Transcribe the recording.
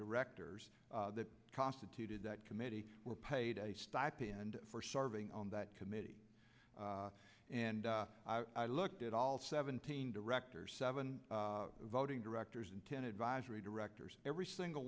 directors that constituted that committee were paid a stipend for serving on that committee and i looked at all seventeen directors seven voting directors and ten advisory directors every single